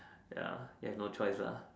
ya ya no choice lah